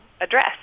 address